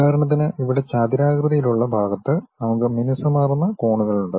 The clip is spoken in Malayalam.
ഉദാഹരണത്തിന് ഇവിടെ ചതുരാകൃതിയിലുള്ള ഭാഗത്ത് നമുക്ക് മിനുസമാർന്ന കോണുകളുണ്ട്